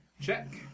check